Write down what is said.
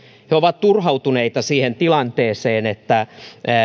he ovat turhautuneita siihen tilanteeseen että